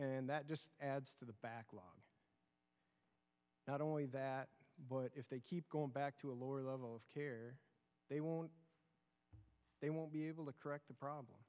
and that just adds to the backlog not only that but if they keep going back to a lower level of care they won't they won't be able to correct the problem